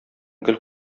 гел